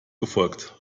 gefolgt